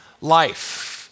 life